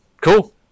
cool